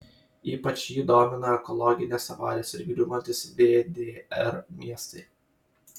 ypač jį domino ekologinės avarijos ir griūvantys vdr miestai